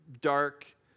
dark